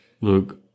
Look